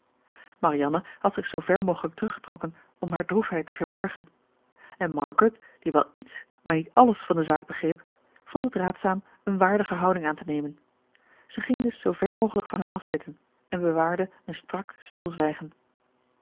marianne had zich zoo ver mogelijk teruggetrokken om hare droefheid te verbergen en margaret die wel iets maar niet alles van de zaak begreep vond het raadzaam een waardige houding aan te nemen zij ging dus zoo ver mogelijk van hen af zitten en bewaarde een strak stilzwijgen